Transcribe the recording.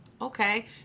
Okay